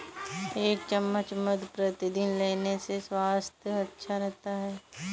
एक चम्मच मधु प्रतिदिन लेने से स्वास्थ्य अच्छा रहता है